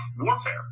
warfare